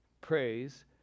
praise